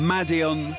Madion